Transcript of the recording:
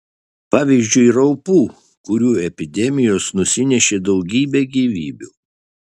pavyzdžiui raupų kurių epidemijos nusinešė daugybę gyvybių